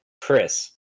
Chris